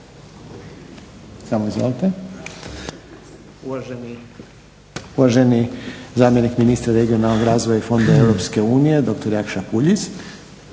Samo izvolite. Uvaženi zamjenik ministra regionalnog razvoja i fondova EU, doktor Jakša Puljiz.